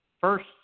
first